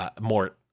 More